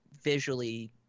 visually